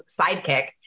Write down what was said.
sidekick